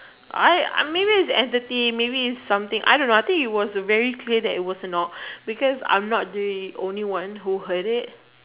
I I maybe it was the entree or maybe something I don't know it was or not very crazy because I'm not the only who heard it